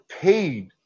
paid